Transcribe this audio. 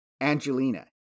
Angelina